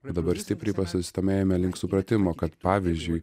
bet dabar stipriai pasistūmėjome link supratimo kad pavyzdžiui